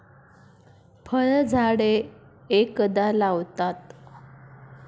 फळझाडे एकदा लावतात